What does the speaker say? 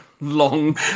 long